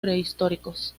prehistóricos